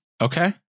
Okay